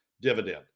dividend